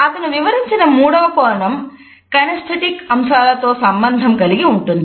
అతను వివరించిన మూడవ కోణం కినెస్థెటిక్ అంశాలతో సంబంధం కలిగి ఉంటుంది